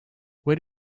where